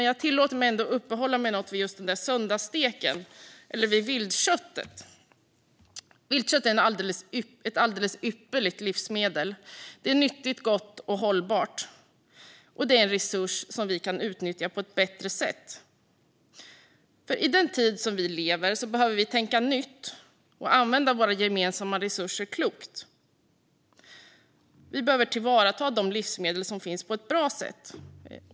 Jag tillåter mig dock att uppehålla mig något vid just den där söndagssteken, vid viltköttet. Viltkött är ett alldeles ypperligt livsmedel; det är nyttigt, gott och hållbart. Och det är en resurs som vi kan utnyttja på ett bättre sätt. I den tid vi lever i behöver vi tänka nytt och använda våra gemensamma resurser klokt. Vi behöver tillvarata de livsmedel som finns på ett bra sätt.